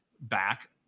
back